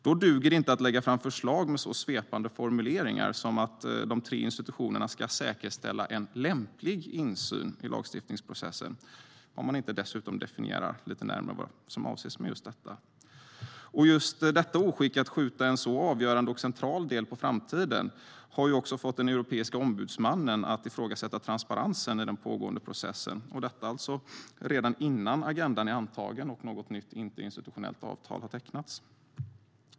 Då duger det inte att lägga fram ett förslag med så svepande formuleringar som att de tre institutionerna ska säkerställa "en lämplig insyn" i lagstiftningsprocessen, om man inte dessutom definierar lite närmare vad som avses med detta. Oskicket att skjuta en så avgörande och central del på framtiden har fått den europeiska ombudsmannen att ifrågasätta transparensen i den pågående processen - detta redan innan agendan är antagen och något nytt interinstitutionellt avtal har tecknats.